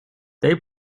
they